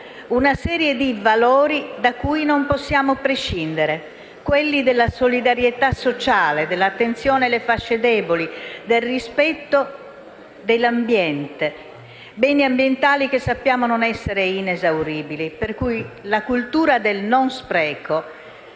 una serie di valori da cui non possiamo prescindere: quelli della solidarietà sociale, dell'attenzione alle fasce deboli, del rispetto dell'ambiente. Sappiamo che i beni ambientali non sono inesauribili, per cui la cultura del non spreco